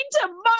tomorrow